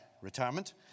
retirement